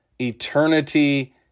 eternity